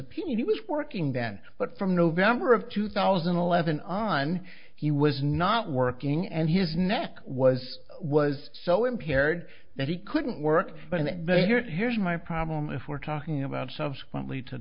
opinion he was working then but from november of two thousand and eleven on he was not working and his neck was was so impaired that he couldn't work but that but here here's my problem if we're talking about subsequently to